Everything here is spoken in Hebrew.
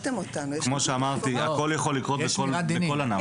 כמו שאמרתי, הכול יכול לקרות בכול ענף.